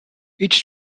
each